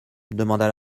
demanda